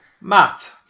Matt